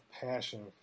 passion